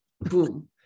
Boom